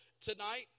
tonight